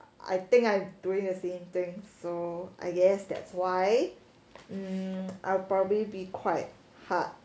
I think I'm doing the same thing so I guess that's why um I'll probably be quite hard